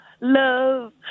love